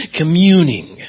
communing